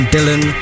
Dylan